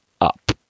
up